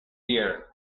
dear